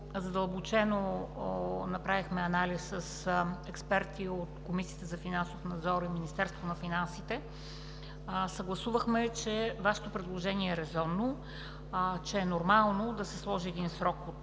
задълбочено направихме анализ с експерти от Комисията за финансов надзор и Министерството на финансите, съгласувахме, че Вашето предложение е резонно, че е нормално да се сложи един срок